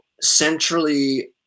centrally